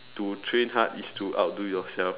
to train hard is to outdo yourself